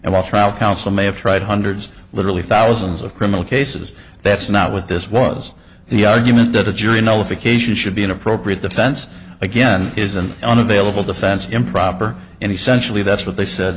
and while trial counsel may have tried hundreds literally thousands of criminal cases that's not what this was the argument that a jury nullification should be an appropriate defense again isn't unavailable defense improper and essentially that's what they said